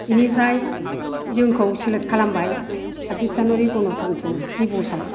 बिनिफ्राय जोंखौ सेलेक्ट खालामबाय साबबिश जानुवारि गनतनथ्र दिबसआव